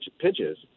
pitches